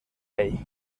ell